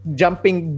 jumping